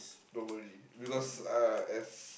don't worry because uh as